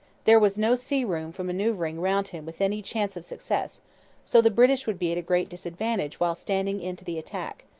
there was no sea-room for manoeuvring round him with any chance of success so the british would be at a great disadvantage while standing in to the attack,